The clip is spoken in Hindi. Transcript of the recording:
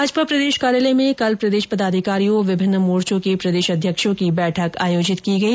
भाजपा प्रदेश कार्यालय में कल प्रदेश पदाधिकारियों विभिन्न मोर्चों के प्रदेश अध्यक्षों की बैठक आयोजित की गई